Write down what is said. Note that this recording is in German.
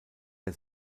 der